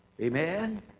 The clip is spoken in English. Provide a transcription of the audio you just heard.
amen